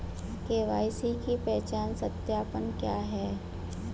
KYC पहचान सत्यापन क्या है?